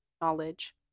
knowledge